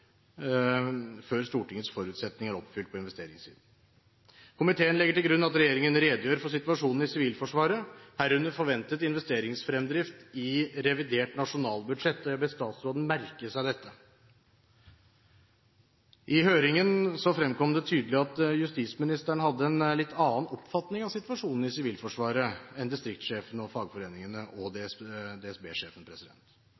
før Stortingets forutsetninger er oppfylt på investeringssiden. Komiteen legger til grunn at regjeringen redegjør for situasjonen i Sivilforsvaret, herunder forventet investeringsfremdrift, i revidert nasjonalbudsjett. Jeg ber statsråden merke seg dette. I høringen fremkom det tydelig at justisministeren hadde en litt annen oppfatning av situasjonen i Sivilforsvaret enn distriktssjefene, fagforeningene og